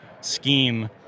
scheme